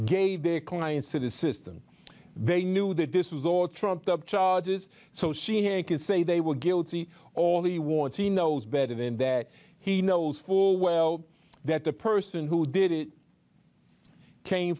gave their clients to the system they knew that this was all trumped up charges so she could say they were guilty all the wars he knows better than that he knows full well that the person who did it came